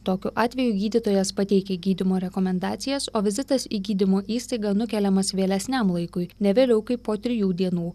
tokiu atveju gydytojas pateikia gydymo rekomendacijas o vizitas į gydymo įstaigą nukeliamas vėlesniam laikui ne vėliau kaip po trijų dienų